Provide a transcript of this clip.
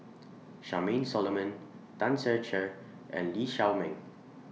Charmaine Solomon Tan Ser Cher and Lee Shao Meng